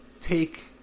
take